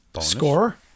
Score